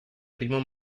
primo